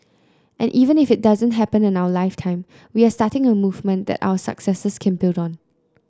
and even if it doesn't happen in our lifetime we are starting a movement that our successors can build on